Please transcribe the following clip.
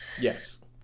Yes